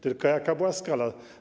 Tylko jaka była skala?